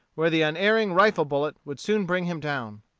where the unerring rifle-bullet would soon bring him down.